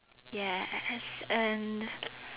yes and